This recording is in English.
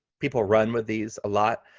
people run with these a lot.